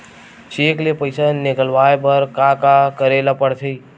Cheque ले पईसा निकलवाय बर का का करे ल पड़हि?